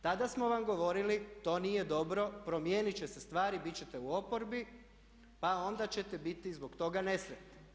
Tada smo vam govorili to nije dobro, promijenit će se stvari, bit ćete u oporbi pa onda ćete biti zbog toga nesretni.